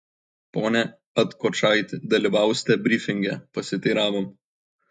pone atkočaiti dalyvausite brifinge pasiteiravom